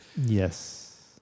Yes